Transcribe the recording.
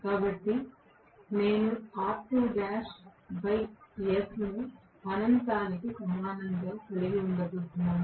కాబట్టి నేను R2l s ను అనంతానికి సమానంగా కలిగి ఉండబోతున్నాను